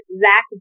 Zach